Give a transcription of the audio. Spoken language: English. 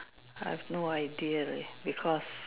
I've no idea leh because